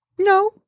No